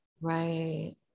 Right